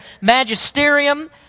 magisterium